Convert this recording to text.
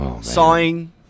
Sawing